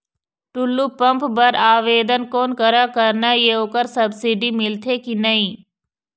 Tullu pump बर आवेदन कोन करा करना ये ओकर सब्सिडी मिलथे की नई?